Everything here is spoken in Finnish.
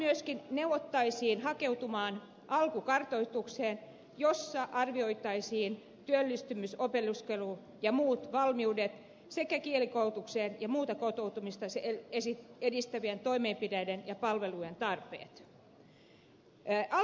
silloin myöskin neuvottaisiin hakeutumaan alkukartoitukseen jossa arvioitaisiin työllistymis opiskelu ja muut valmiudet sekä kielikoulutuksen ja muiden kotoutumista edistävien toimenpiteiden ja palvelujen tarve